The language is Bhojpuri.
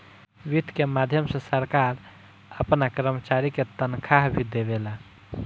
वित्त के माध्यम से सरकार आपना कर्मचारी के तनखाह भी देवेला